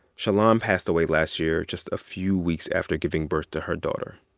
shalon passed away last year, just a few weeks after giving birth to her daughter.